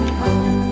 home